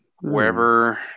Wherever